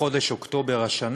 מחודש אוקטובר השנה.